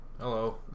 Hello